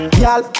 Y'all